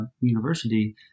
university